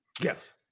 Yes